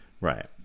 Right